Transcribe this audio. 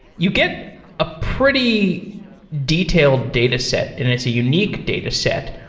you get a pretty detailed dataset, and it's a unique dataset.